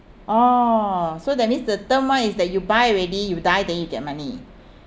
orh so that means the term one is that you buy already you die then you get money